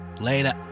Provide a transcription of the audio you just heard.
Later